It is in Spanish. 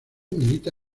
milita